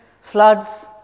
floods